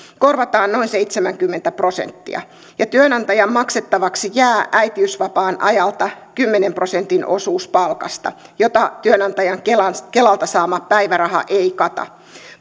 korvataan noin seitsemänkymmentä prosenttia ja työnantajan maksettavaksi jää äitiysvapaan ajalta kymmenen prosentin osuus palkasta jota työnantajan kelalta kelalta saama päiväraha ei kata